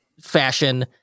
fashion